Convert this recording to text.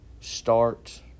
start